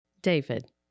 David